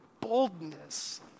boldness